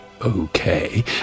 Okay